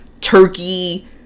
turkey